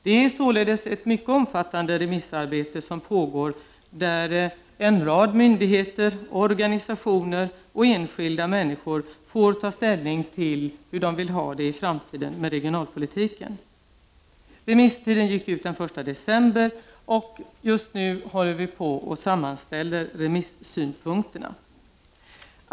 Det är således ett mycket omfattande remissarbete som pågår, där en rad myndigheter, organisationer och enskilda människor får ta ställning till hur de vill ha det i framtiden med regionalpolitiken. Remisstiden gick ut den 1 december, och just nu håller vi på med att sammanställa remissynpunkterna.